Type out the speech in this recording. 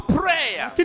prayer